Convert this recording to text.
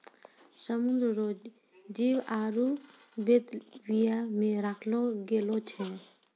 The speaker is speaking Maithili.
समुद्र रो जीव आरु बेल्विया मे रखलो गेलो छै